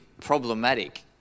problematic